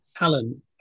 Alan